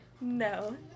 No